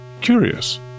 Curious